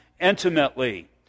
intimately